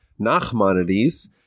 Nachmanides